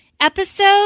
episode